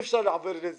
אי אפשר להעביר את זה,